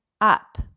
up